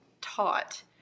taught